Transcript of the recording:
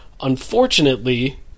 unfortunately